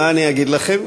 מה אני אגיד לכם,